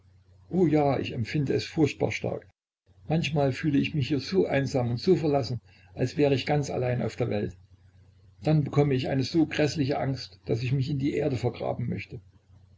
o ja ich empfinde es furchtbar stark manchmal fühle ich mich hier so einsam und so verlassen als wär ich ganz allein auf der welt dann bekomme ich eine so gräßliche angst daß ich mich in die erde vergraben möchte